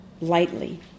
lightly